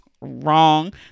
wrong